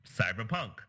Cyberpunk